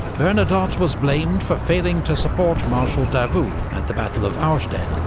bernadotte was blamed for failing to support marshal davout at the battle of auerstedt,